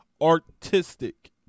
Artistic